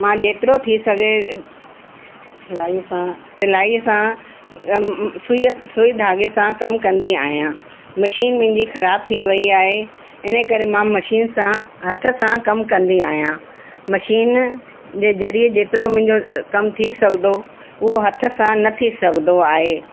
मां जेतिरो थी सघे सिलाई सां सिलाई सां कम सुई सुई धागे सां कमु कंदी आयां मशीन मुंहिंजी ख़राबु थी वयी आहे इन करे मां मशीन सां हथ सां कम कंदी आहियां मशीन जे ज़रिये जेतिरो मुंहिंजो कमु थी सघंदो हू हथ सां न थी सघंदो आहे